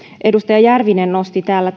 edustaja järvinen nosti täällä